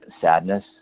sadness